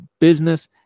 business